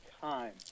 time